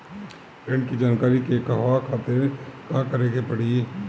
ऋण की जानकारी के कहवा खातिर का करे के पड़ी?